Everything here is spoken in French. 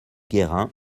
guérin